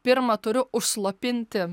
pirma turiu užslopinti